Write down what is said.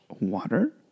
water